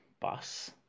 bus